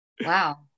Wow